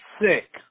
sick